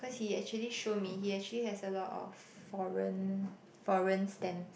cause he actually show me he actually has a lot of foreign foreign stamps